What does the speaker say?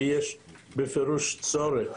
ויש בפירוש צורך